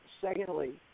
Secondly